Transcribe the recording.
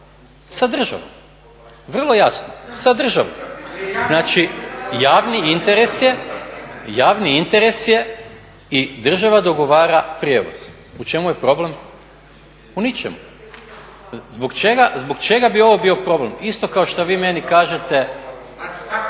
Sa državom. Vrlo jasno, sa državom. Znači, javni interes je i država dogovara prijevoz. U čemu je problem? U ničemu. Zbog čega bi ovo bio problem? Isto kao što vi meni kažete